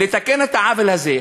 לתקן את העוול הזה,